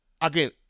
again